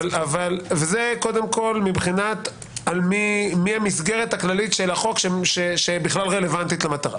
זה מבחינת מי המסגרת הכללית של החוק שבכלל רלוונטית למטרה.